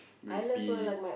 go and pee